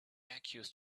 accuse